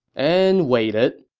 and waited.